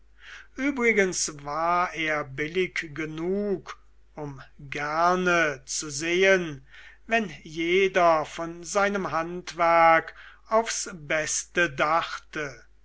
übrigens war er billig genug um gerne zu sehen wenn jeder von seinem handwerk aufs beste dachte